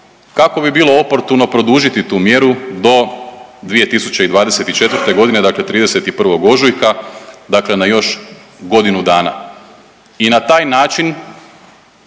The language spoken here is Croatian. kako bi bilo oportuno produžiti tu mjeru do 2024. godine, dakle 31. ožujka, dakle na još godinu dana. I na taj način